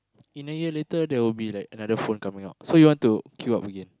in a year later there will be like another phone coming out so you want to queue up again